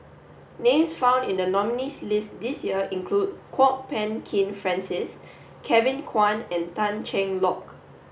names found in the nominees' list this year include Kwok Peng Kin Francis Kevin Kwan and Tan Cheng Lock